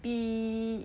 be